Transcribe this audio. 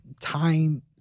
time